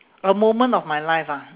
a moment of my life ah